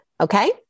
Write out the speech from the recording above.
okay